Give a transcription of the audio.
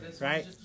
Right